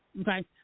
okay